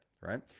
right